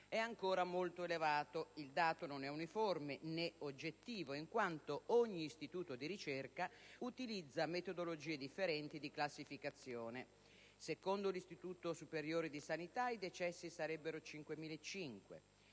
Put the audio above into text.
è ancora molto elevato. Il dato non è uniforme né oggettivo, in quanto ogni istituto di ricerca utilizza metodologie differenti di classificazione: secondo l'Istituto superiore di sanità i decessi sarebbero 5.500,